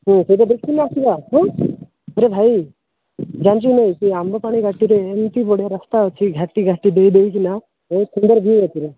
ସେଇଟା ଦେଖିକିନା ଆସିବା ଆରେ ଭାଇ ଜାଣିଛୁ କି ନାହିଁ ସେଇ ଆମ୍ବପାଣି ବାଟରେ ଏମିତି ଗୋଟେ ରାସ୍ତା ଅଛି ଘାଟି ଘାଟି ଦେଇ ଦେଇକିନା